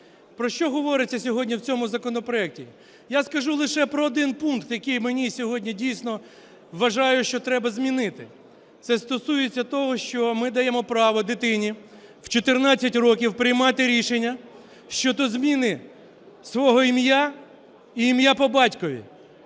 Про що говориться сьогодні в цьому законопроекті? Я скажу лише про один пункт, який сьогодні, дійсно, вважаю, що треба змінити. Це стосується того, що ми даємо право дитині в 14 років приймати рішення щодо зміни свого ім'я й ім'я по батькові.